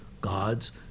God's